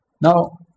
Now